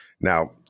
now